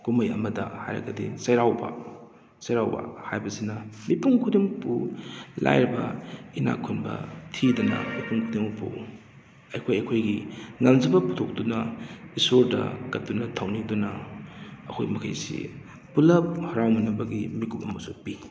ꯀꯨꯝꯍꯩ ꯑꯃꯗ ꯍꯥꯏꯔꯒꯗꯤ ꯆꯩꯔꯥꯎꯕ ꯆꯩꯔꯥꯎꯕ ꯍꯥꯏꯕꯁꯤꯅ ꯃꯤꯄꯨꯝ ꯈꯨꯗꯤꯡꯃꯛꯄꯨ ꯂꯥꯏꯔꯕ ꯏꯅꯥꯛ ꯈꯨꯟꯕ ꯊꯤꯗꯅ ꯃꯤꯄꯨꯝ ꯈꯨꯗꯤꯡꯃꯛꯄꯨ ꯑꯩꯈꯣꯏ ꯑꯩꯈꯣꯏꯒꯤ ꯉꯝꯖꯕ ꯄꯨꯊꯣꯛꯇꯨꯅ ꯏꯁꯣꯔꯗ ꯀꯠꯇꯨꯅ ꯊꯧꯅꯤꯗꯨꯅ ꯑꯩꯈꯣꯏ ꯃꯈꯩꯁꯤ ꯄꯨꯂꯞ ꯍꯥꯔꯥꯎꯃꯤꯟꯅꯕꯒꯤ ꯃꯤꯀꯨꯞ ꯑꯃꯁꯨ ꯄꯤ